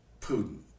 Putin